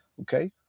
Okay